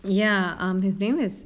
ya um his name is